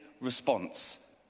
response